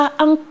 ang